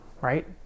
right